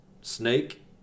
Snake